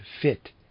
fit